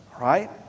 right